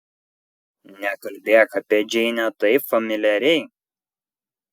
nekalbėk apie džeinę taip familiariai